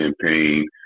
campaign